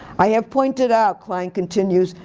i have pointed out, klein continues,